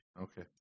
Okay